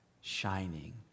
shining